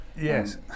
Yes